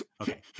Okay